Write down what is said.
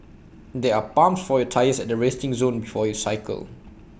there are pumps for your tyres at the resting zone before you cycle